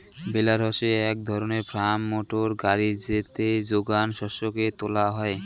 বেলার হসে এক ধরণের ফার্ম মোটর গাড়ি যেতে যোগান শস্যকে তোলা হই